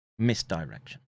Misdirection